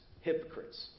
hypocrites